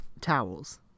towels